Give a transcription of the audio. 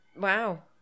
Wow